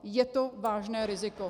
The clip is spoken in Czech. Je to vážné riziko.